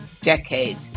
decade